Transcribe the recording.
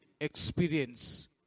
experience